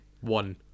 one